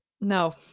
No